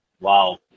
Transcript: Wow